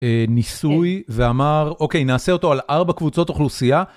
ניסוי ואמר, אוקיי, נעשה אותו על ארבע קבוצות אוכלוסייה.